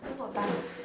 still not done